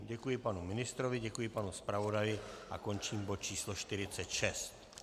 Děkuji panu ministrovi, děkuji panu zpravodaji a končím bod číslo 46.